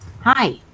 hi